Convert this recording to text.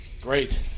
Great